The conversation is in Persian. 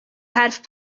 حرف